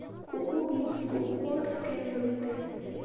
cocoa beans cocoa pods के अंदर उगते हैं